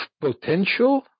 potential